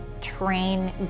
train